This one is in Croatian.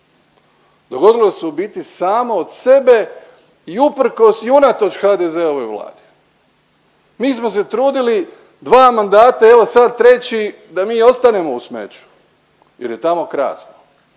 Dogodilo se u biti samo od sebe i usprkos i unatoč HDZ-ovoj Vladi. Mi smo se trudili 2 mandata i evo sad treći da mi ostanemo u smeću jer je tamo krasno.